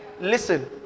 Listen